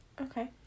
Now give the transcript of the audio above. Okay